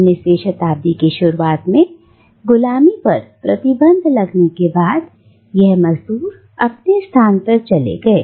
19वीं शताब्दी की शुरुआत में गुलामी पर प्रतिबंध लगने के बाद यह मजदूर अपने स्थान पर चले गए